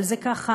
אבל זה ככה,